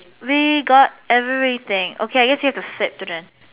we got everything okay I guess you have to sit through then